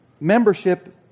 membership